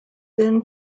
then